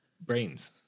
brains